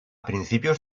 principios